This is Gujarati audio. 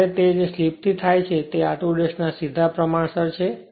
જ્યારે તે જે સ્લીપ થી થાય છે તે r2 ના સીધા પ્રમાણસર છે